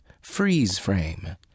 freeze-frame